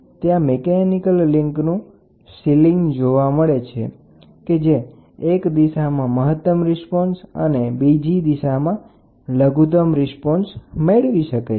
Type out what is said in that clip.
ત્યાં mechanical link ceiling સાથે જોડેલી છે કે અને પીઝો ક્રિસ્ટલ એક દિશામાં મહત્તમ રિસ્પોન્સ અને બીજી દિશામાં લઘુતમ રિસ્પોન્સ મેળવી શકે છે